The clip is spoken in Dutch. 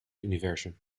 universum